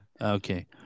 Okay